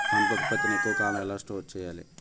పంట ఉత్పత్తి ని ఎక్కువ కాలం ఎలా స్టోర్ చేయాలి?